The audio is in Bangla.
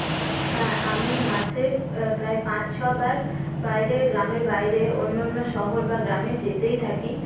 হ্যাঁ আমি মাসে প্রায় পাঁচ ছ বার বাইরে গ্রামের বাইরে অন্য অন্য শহর বা গ্রামে যেতেই থাকি